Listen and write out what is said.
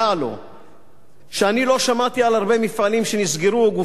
על הרבה מפעלים או גופים שנסגרו כיוון שהעובדים שלהם,